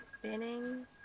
spinning